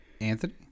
anthony